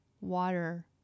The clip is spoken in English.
water